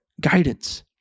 guidance